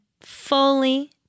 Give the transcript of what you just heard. fully